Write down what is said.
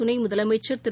துணைமுதலமைச்சர் திரு